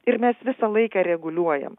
ir mes visą laiką reguliuojam